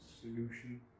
solution